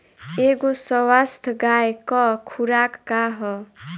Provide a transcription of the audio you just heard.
एगो स्वस्थ गाय क खुराक का ह?